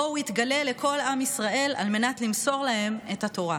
שבו הוא התגלה לכל עם ישראל על מנת למסור להם את התורה,